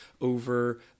over